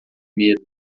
medo